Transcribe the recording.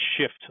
shift